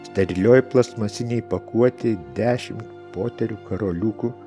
sterilioj plastmasinėj pakuotėj dešim poterių karoliukų